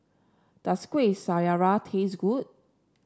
does Kuih Syara taste good